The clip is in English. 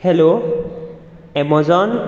hello amazon